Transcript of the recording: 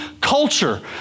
culture